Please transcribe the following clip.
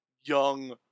young